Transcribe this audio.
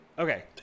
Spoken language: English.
Okay